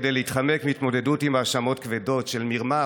כדי להתחמק מהתמודדות עם האשמות כבדות במרמה,